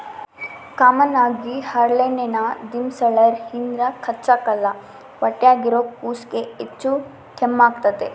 common ಆಗಿ ಹರಳೆಣ್ಣೆನ ದಿಮೆಂಳ್ಸೇರ್ ಇದ್ರ ಹಚ್ಚಕ್ಕಲ್ಲ ಹೊಟ್ಯಾಗಿರೋ ಕೂಸ್ಗೆ ಹೆಚ್ಚು ಕಮ್ಮೆಗ್ತತೆ